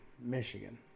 Michigan